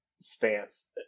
stance